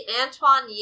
Antoine